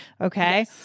Okay